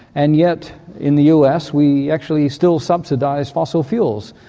and yet in the us we actually still subsidise fossil fuels,